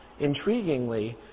Intriguingly